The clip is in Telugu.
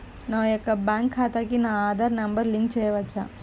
నా యొక్క బ్యాంక్ ఖాతాకి నా ఆధార్ నంబర్ లింక్ చేయవచ్చా?